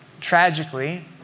Tragically